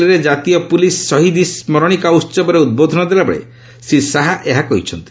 ନୂଆଦିଲ୍ଲୀରେ ଜାତୀୟ ପୁଲିସ୍ ସ୍କାରକୀର ସ୍କରଣୀକା ଉସବରେ ଉଦ୍ବୋଧନ ଦେଲାବେଳେ ଶ୍ରୀ ଶାହା ଏହା କହିଛନ୍ତି